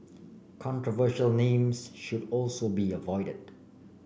controversial names should also be avoided